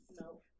No